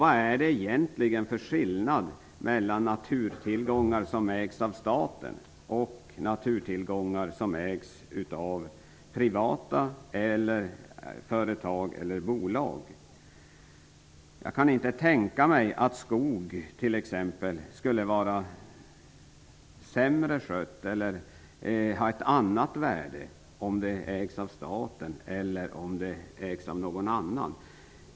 Vad är det egentligen för skillnad mellan naturtillgångar som ägs av staten och naturtillgångar som ägs av privata, företag eller bolag? Jag kan inte tänka mig att t.ex. skog skulle vara sämre skött eller ha ett annat värde om den ägs av staten eller om den ägs av någon annan.